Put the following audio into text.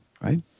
right